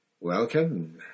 Welcome